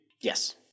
Yes